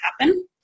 happen